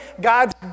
God's